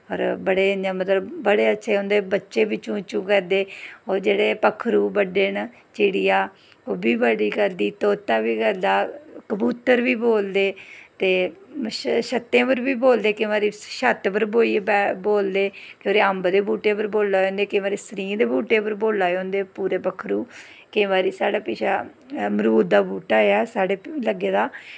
होर बड़े इ'यां मतलब बड़े अच्छे उं'दे बच्चे बी चूं चूं करदे ओह् जेह्ड़े पक्खरू बड्डे न चिड़िया ओह् बी बड़ी करदी तोता बी कबूतर बी बोलदे ते छतें पर बी बोलदे केईं बारी छत पर बेहियै बोलदे फिर अम्ब दे बूह्टे पर बोला दे होंदे केईं बारी सरींह् दे बूह्टे पर बोला दे होंदे पक्खरू केईं बारी साढ़े पिच्छें अमरूज दा बूह्टा ऐ लग्गे दा केईं बारी